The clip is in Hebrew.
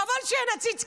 חבל שאין עציץ,